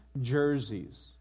jerseys